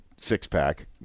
six-pack